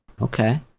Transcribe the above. Okay